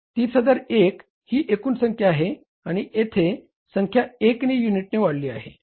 30001 ही एकूण संख्या आहे आणि येथे संख्या 1 ने युनिटने वाढली आहे